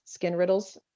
skinriddles